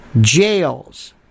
Jails